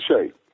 shape